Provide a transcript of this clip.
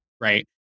right